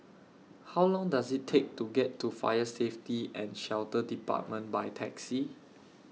How Long Does IT Take to get to Fire Safety and Shelter department By Taxi